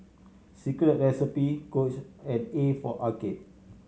Secret Recipe Coach and A for Arcade